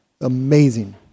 amazing